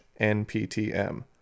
nptm